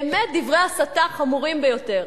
באמת, דברי הסתה חמורים ביותר.